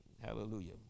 Hallelujah